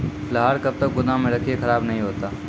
लहार कब तक गुदाम मे रखिए खराब नहीं होता?